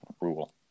rule